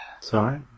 Sorry